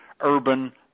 urban